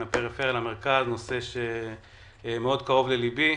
הפריפריה למרכז הוא נושא שמאוד קרוב לליבי.